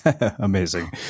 Amazing